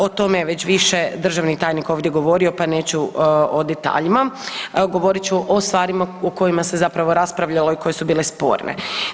O tome je već više državni tajnik ovdje govorio pa neću o detaljima, govorit ću o stvarima o kojima se zapravo raspravljalo i koje su bile sporne.